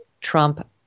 Trump